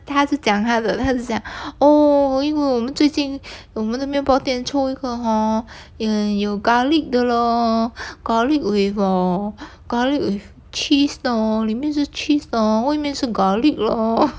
他就讲他的他就讲喔因为我们最近我们的面包店出一个 hor 有 garlic 的 lor garlic with err garlic with cheese 的哦里面是 cheese 的哦外面是 garlic lor